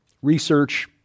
research